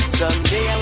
someday